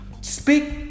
speak